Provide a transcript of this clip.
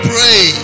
Pray